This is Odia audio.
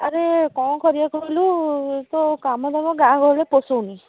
ଆରେ କ'ଣ କରିବା କହିଲୁ ଏଇତ କାମଦାମ ଗାଁ ଗହଳିରେ ପୋଷଉନି